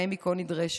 שבהם היא כה נדרשת.